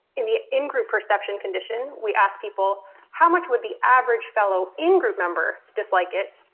in the in group perception condition we ask people how much would the average fellow in group member dislike it.